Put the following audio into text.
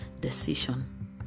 decision